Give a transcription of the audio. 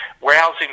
warehousing